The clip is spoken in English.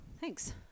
thanks